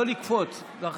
לא לקפוץ ככה